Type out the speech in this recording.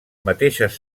mateixes